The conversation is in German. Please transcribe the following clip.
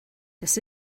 das